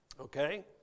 Okay